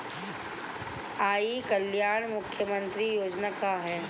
ई कल्याण मुख्य्मंत्री योजना का है?